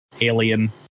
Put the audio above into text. alien